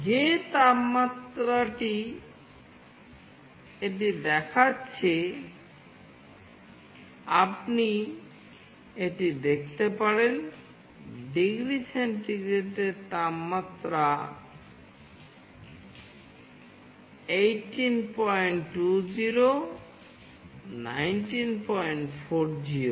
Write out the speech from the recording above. যে তাপমাত্রাটি এটি দেখাচ্ছে আপনি এটি দেখতে পারেন ডিগ্রি সেন্টিগ্রেডের তাপমাত্রা 1820 1940